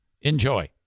Enjoy